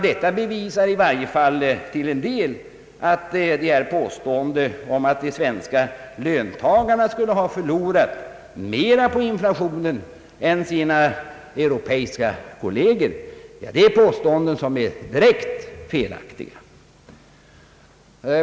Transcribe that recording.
Detta bevisar i varje fall till en del att påståendena att de svenska löntagarna skulle ha förlorat mera på inflationen än deras europeiska kolleger är direkt felaktiga.